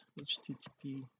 http